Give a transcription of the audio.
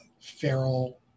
feral